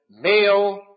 male